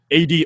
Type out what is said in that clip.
AD